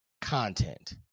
content